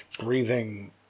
breathing